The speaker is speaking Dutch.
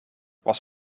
was